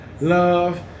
love